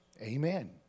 Amen